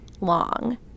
long